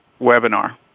webinar